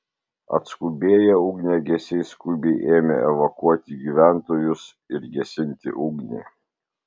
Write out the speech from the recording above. atskubėję ugniagesiai skubiai ėmė evakuoti gyventojus ir gesinti ugnį